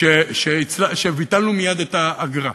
שביטלנו מייד את האגרה.